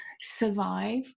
survive